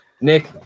Nick